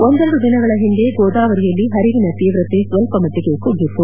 ಒಂದೆರೆಡು ದಿನಗಳ ಹಿಂದೆ ಗೋದಾವರಿಯಲ್ಲಿ ಹರಿವಿನ ತೀವ್ರತೆ ಸ್ವಲ್ಪ ಮಟ್ಟಗೆ ಕುಗ್ಗಿತ್ತು